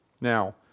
Now